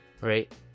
right